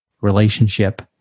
relationship